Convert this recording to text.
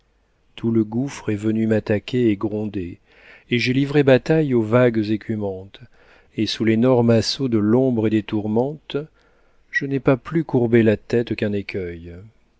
tout le gouffre est venu m'attaquer et gronder et j'ai livré bataille aux vagues écumantes et sous l'énorme assaut de l'ombre et des tourmentes je n'ai pas plus courbé la tête qu'un écueil